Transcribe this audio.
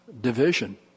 division